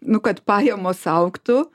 nu kad pajamos augtų